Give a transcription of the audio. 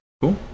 Cool